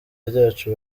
ryacu